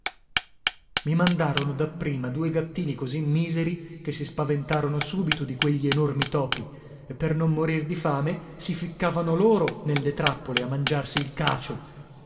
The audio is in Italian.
i mandarono dapprima due gattini così miseri che si spaventarono subito di quegli enormi topi e per non morir di fame si ficcavano loro nelle trappole a mangiarsi il cacio